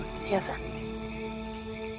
forgiven